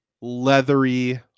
leathery